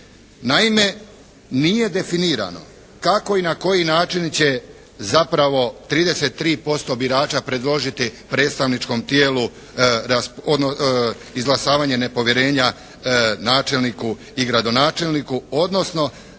Naime, nije definirano kako i na koji način će zapravo 33% birača predložiti predstavničkom tijelu izglasavanje nepovjerenja načelniku i gradonačelniku, odnosno